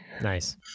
Nice